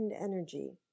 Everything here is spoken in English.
energy